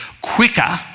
quicker